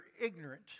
ignorant